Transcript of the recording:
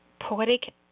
poetic –